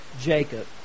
Jacob